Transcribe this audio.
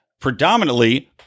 predominantly